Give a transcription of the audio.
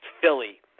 Philly